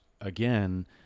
again